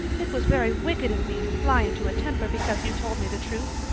it was very wicked of me to fly into a temper because you told me the truth.